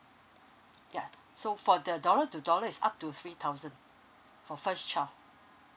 ya so for the dollar to dollar is up to three thousand for first child